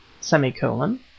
Semicolon